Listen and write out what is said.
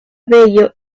bello